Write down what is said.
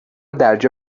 درجا